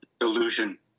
Illusion